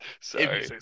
Sorry